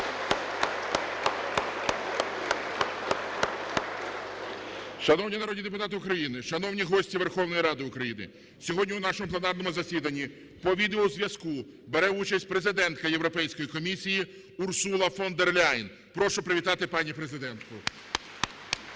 Шановні народні депутати України, шановні гості Верховної Ради України, сьогодні у нашому пленарному засіданні по відеозв'язку бере участь президентка Європейської комісії Урсула фон дер Ляєн. Прошу привітати пані президентку.